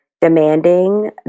demanding